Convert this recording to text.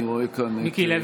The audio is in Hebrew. אני רואה כאן את, (קורא בשם חבר הכנסת) מיקי לוי,